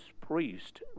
priest